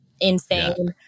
insane